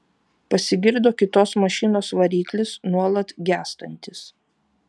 pasigirdo kitos mašinos variklis nuolat gęstantis